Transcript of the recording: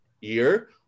year